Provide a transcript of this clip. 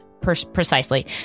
precisely